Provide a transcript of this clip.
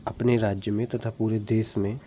अपने राज्य में तथा पूरे देश में